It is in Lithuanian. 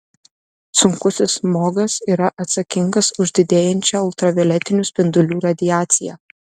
sunkusis smogas yra atsakingas už didėjančią ultravioletinių spindulių radiaciją